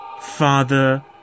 Father